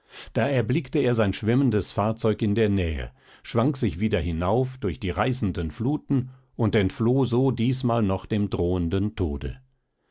da erblickte er sein schwimmendes fahrzeug in der nähe schwang sich wieder hinauf durch die reißenden fluten und entfloh so diesmal noch dem drohenden tode